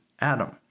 Adam